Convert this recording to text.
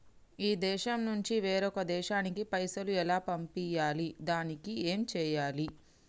ఈ దేశం నుంచి వేరొక దేశానికి పైసలు ఎలా పంపియ్యాలి? దానికి ఏం చేయాలి?